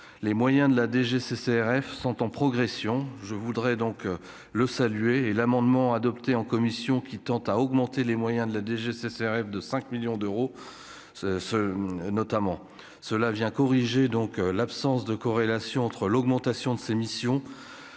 les moyens de la DGCCRF sont en progression, je voudrais donc le saluer et l'amendement adopté en commission, qui tend à augmenter les moyens de la DGCCRF de 5 millions d'euros ce notamment cela vient corriger donc l'absence de corrélation entre l'augmentation de ses missions